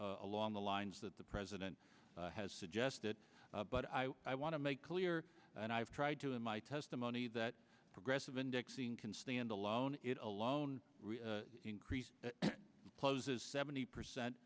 along the lines that the president has suggested but i want to make clear and i've tried to in my testimony that progressive indexing can stand alone it alone increased closes seventy percent